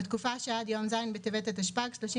1. בתקופה שעד יום ז' בטבת התשפ"ג (31